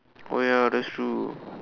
oh ya that's true